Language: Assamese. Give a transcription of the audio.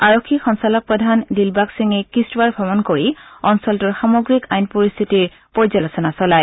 আৰক্ষী সঞ্চালক প্ৰধান দিলবাগ সিঙে কিষ্টৱাৰ ভ্ৰমণ কৰি অঞ্চলটোৰ সামগ্ৰিক আইন পৰিস্থিতিৰ পৰ্যালোচনা চলায়